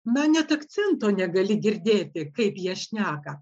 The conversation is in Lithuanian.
na net akcento negali girdėti kaip jie šneka